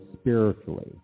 spiritually